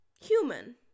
human